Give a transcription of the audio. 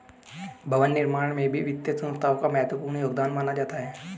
भवन निर्माण में भी वित्तीय संस्थाओं का महत्वपूर्ण योगदान माना जाता है